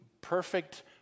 perfect